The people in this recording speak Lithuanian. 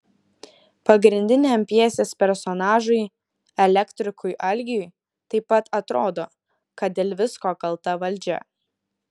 pagrindiniam pjesės personažui elektrikui algiui taip pat atrodo kad dėl visko kalta valdžia